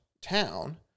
town